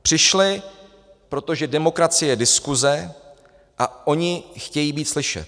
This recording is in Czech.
Přišli, protože demokracie je diskuse a oni chtějí být slyšet.